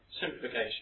simplification